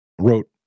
wrote